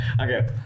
Okay